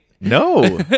No